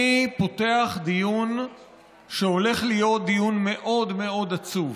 אני פותח דיון שהולך להיות דיון מאוד מאוד עצוב.